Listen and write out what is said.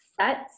sets